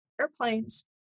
airplanes